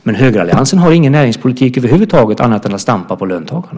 Men högeralliansen har ju ingen näringspolitik över huvud taget utan stampar bara på löntagarna.